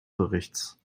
berichts